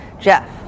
Jeff